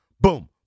boom